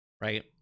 Right